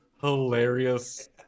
hilarious